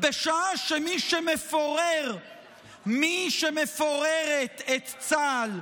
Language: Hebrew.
בשעה שמי שמפורר את צה"ל,